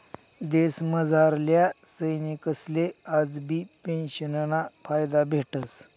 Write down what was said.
देशमझारल्या सैनिकसले आजबी पेंशनना फायदा भेटस